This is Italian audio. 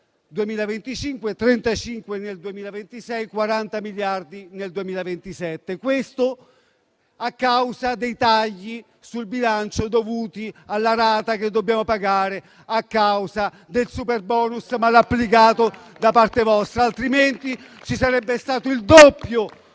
2025, 35 nel 2026 e 40 nel 2027. Questo a causa dei tagli sul bilancio dovuti alla rata che dobbiamo pagare a causa del superbonus male applicato da parte vostra, altrimenti ci sarebbe stato il doppio